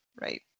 right